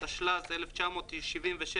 התשל"ז-1977,